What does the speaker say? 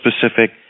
specific